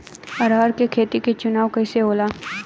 अरहर के खेत के चुनाव कइसे होला?